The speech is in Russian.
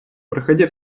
проходя